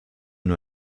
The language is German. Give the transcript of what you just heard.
nur